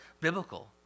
biblical